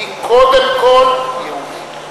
אני קודם כול יהודי.